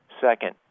Second